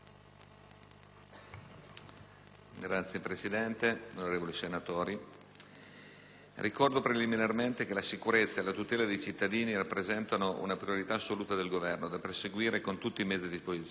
Signora Presidente, onorevoli senatori, ricordo preliminarmente che la sicurezza e la tutela dei cittadini rappresentano una priorità assoluta del Governo, da perseguire con tutti i mezzi a disposizione.